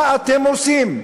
מה אתם עושים?